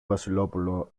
βασιλόπουλο